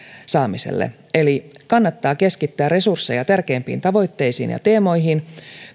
saamiselle ensiksi kannattaa keskittää resursseja tärkeimpiin tavoitteisiin ja teemoihin